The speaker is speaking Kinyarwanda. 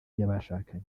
y’abashakanye